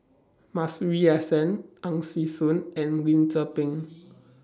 Masuri S N Ang Swee Aun and Lim Tze Peng